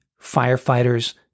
firefighters